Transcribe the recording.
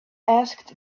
asked